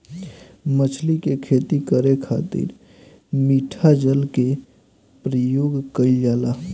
मछली के खेती करे खातिर मिठा जल के प्रयोग कईल जाला